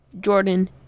jordan